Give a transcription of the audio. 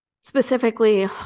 specifically